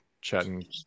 chatting